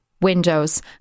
Windows